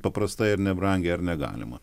paprastai ir nebrangiai ar negalima